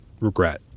Regret